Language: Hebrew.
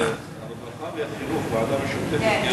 אולי הרווחה והחינוך, ועדה משותפת.